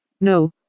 No